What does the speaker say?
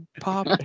pop